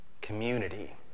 Community